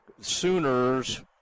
Sooners